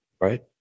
right